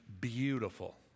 beautiful